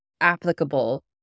applicable